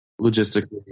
Logistically